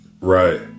Right